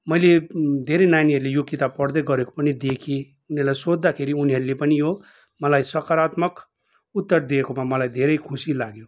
मैले धेरै नानीहरूले यो किताब पढ्दै गरेको पनि देखेँ उनीहरूलाई सोद्धाखेरि उनीहरूले पनि यो मलाई सकारात्मक उत्तर दिएकोमा मलाई धेरै खुसी लाग्यो